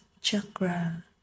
chakra